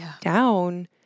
down